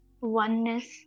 oneness